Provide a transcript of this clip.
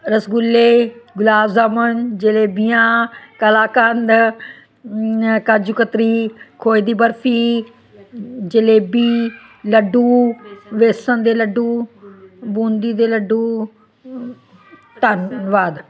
ਰਸਗੁੱਲੇ ਗੁਲਾਬ ਜਾਮੁਨ ਜਲੇਬੀਆਂ ਕਲਾਕੰਦ ਕਾਜੂ ਕਤਲੀ ਖੋਏ ਦੀ ਬਰਫੀ ਜਲੇਬੀ ਲੱਡੂ ਬੇਸਣ ਦੇ ਲੱਡੂ ਬੂੰਦੀ ਦੇ ਲੱਡੂ ਧੰਨਵਾਦ